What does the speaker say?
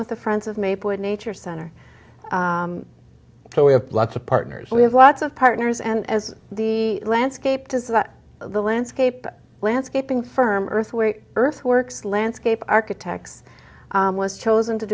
with the friends of maplewood nature center so we have lots of partners we have lots of partners and as the landscape does that the landscape landscaping firm earth where earth works landscape architects was chosen to